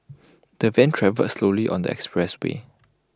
the van travelled slowly on the expressway